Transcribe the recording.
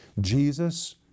Jesus